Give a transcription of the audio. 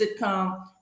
sitcom